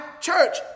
church